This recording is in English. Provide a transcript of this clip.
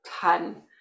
ton